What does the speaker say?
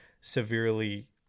severely